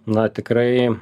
na tikrai